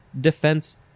defense